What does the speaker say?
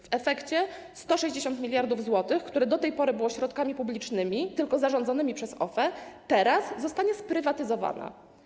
W efekcie 160 mld zł, które do tej pory było środkami publicznymi, tylko zarządzanymi przez OFE, teraz zostanie sprywatyzowane.